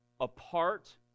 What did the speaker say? Apart